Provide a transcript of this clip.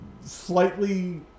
slightly